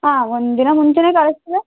ಆಂ ಒಂದು ದಿನ ಮುಂಚೆಯೇ ಕಳಿಸ್ತೀನಿ